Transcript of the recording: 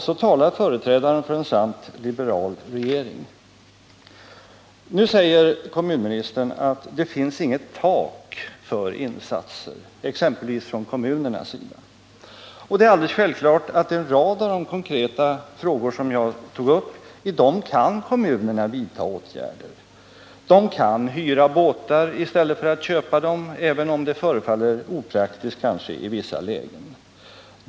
— Så talar företrädaren för en sant liberal regering. Nu säger kommunministern att det inte finns något tak för insatser exempelvis från kommunernas sida. Det är självklart att kommunerna i en rad av de konkreta frågor jag tog upp kan vidta åtgärder. De kan hyra båtar i stället för att köpa dem, även om det förefaller opraktiskt i vissa lägen.